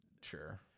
Sure